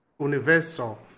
universal